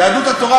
יהדות התורה,